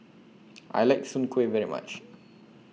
I like Soon Kuih very much